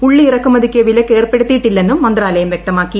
ഉള്ളി ഇറക്കുമതിക്ക് വിലക്കേർപ്പെടുത്തിയിട്ടില്ലെന്നും മന്ത്രാലയം വ്യക്തമാക്കി